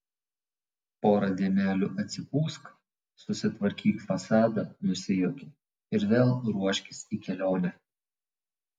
porą dienelių atsipūsk susitvarkyk fasadą nusijuokė ir vėl ruoškis į kelionę